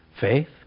Faith